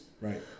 Right